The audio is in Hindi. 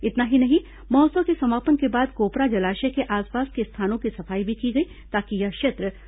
इतना ही नहीं महोत्सव के समापन के बाद कोपरा जलाशय के आसपास के स्थानों की सफाई भी की गई ताकि यह क्षेत्र स्वच्छ रहे